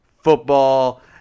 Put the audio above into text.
football